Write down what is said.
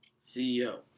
CEO